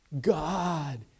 God